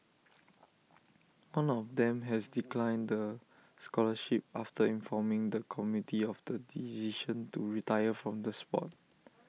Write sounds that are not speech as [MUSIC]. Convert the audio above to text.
[NOISE] one of them has declined the scholarship after informing the committee [NOISE] of the decision to retire from the Sport